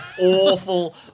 awful